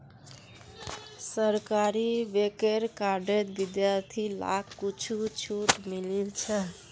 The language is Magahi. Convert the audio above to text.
सरकारी बैंकेर कार्डत विद्यार्थि लाक कुछु छूट मिलील छ